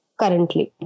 currently